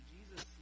Jesus